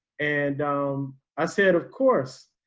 and um i said, of course,